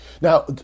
Now